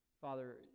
Father